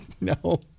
No